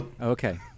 Okay